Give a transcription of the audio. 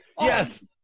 Yes